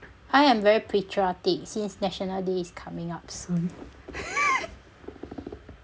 I am very patriotic since national day is coming up soon